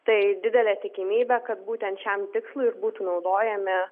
tai didelė tikimybė kad būtent šiam tikslui ir būtų naudojami